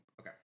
Okay